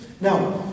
Now